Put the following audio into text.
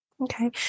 Okay